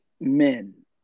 men